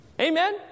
Amen